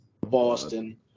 Boston